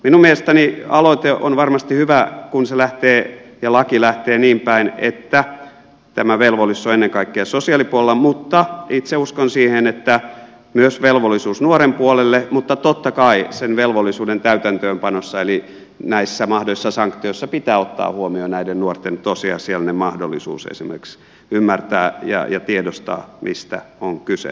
minun mielestäni aloite on varmasti hyvä kun se lähtee ja laki lähtee niin päin että tämä velvollisuus on ennen kaikkea sosiaalipuolella mutta itse uskon siihen että myös velvollisuus nuoren puolelle mutta totta kai sen velvollisuuden täytäntöönpanossa eli näissä mahdollisissa sanktioissa pitää ottaa huomioon näiden nuorten tosiasiallinen mahdollisuus esimerkiksi ymmärtää ja tiedostaa mistä on kyse